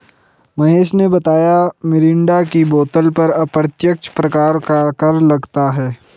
महेश ने बताया मिरिंडा की बोतल पर अप्रत्यक्ष प्रकार का कर लगता है